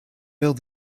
build